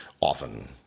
often